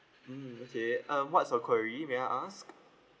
mm okay um what's your query may I ask